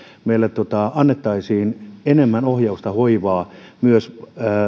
meillä annettaisiin enemmän ohjausta ja hoivaa myös